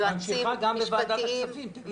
ממשיכה גם בוועדת הכספים, תגידי להם.